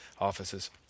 office's